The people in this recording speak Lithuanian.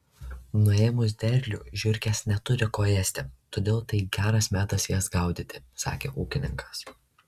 nuėmus derlių žiurkės neturi ko ėsti todėl tai geras metas jas gaudyti sakė ūkininkas